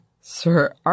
Sir